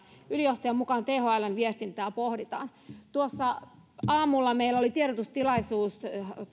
ylijohtajan mukaan thln viestintää pohditaan tuossa aamulla meillä oli tiedotustilaisuus